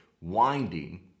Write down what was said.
winding